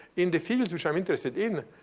in the fields which i'm interested in,